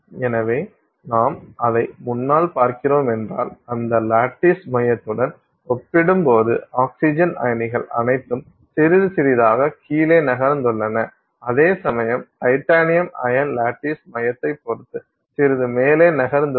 எனவே நாம் அதை முன்னால் பார்க்கிறோம் என்றால் அந்த லாட்டிஸ் மையத்துடன் ஒப்பிடும்போது ஆக்ஸிஜன் அயனிகள் அனைத்தும் சிறிது சிறிதாக கீழே நகர்ந்துள்ளன அதேசமயம் டைட்டானியம் அயன் லாட்டிஸ் மையத்தைப் பொறுத்து சிறிது மேலே நகர்ந்துள்ளது